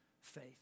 faith